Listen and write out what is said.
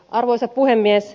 arvoisa puhemies